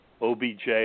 OBJ